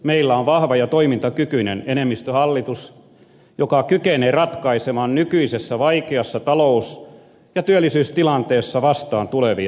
meillä on vahva ja toimintakykyinen enemmistöhallitus joka kykenee ratkaisemaan nykyisessä vaikeassa talous ja työllisyystilanteessa vastaan tulevia ongelmia